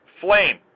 flame